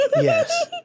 Yes